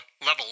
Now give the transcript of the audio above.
level